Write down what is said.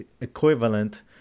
equivalent